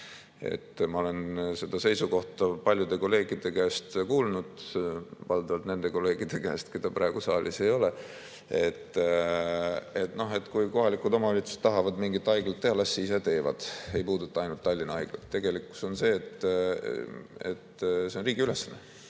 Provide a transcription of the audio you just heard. Ma olen seda seisukohta paljude kolleegide käest kuulnud – valdavalt nende kolleegide käest, keda praegu saalis ei ole –, et kui kohalikud omavalitsused tahavad mingit haiglat teha, siis las ise teevad. Ja see ei puuduta ainult Tallinna Haiglat. Tegelikkuses on see riigi ülesanne.